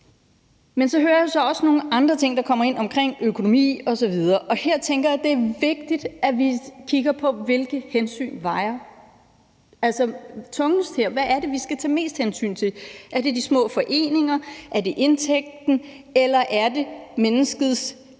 Men så hører jeg så også nogle andre ting, der kommer ind, omkring økonomi osv., og her tænker jeg, at det er vigtigt, at vi kigger på, hvilke hensyn der vejer tungest, og hvad det er, vi skal tage mest hensyn til. Er det de små foreninger, er det indtægten, eller er det menneskets velvære,